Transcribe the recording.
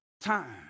time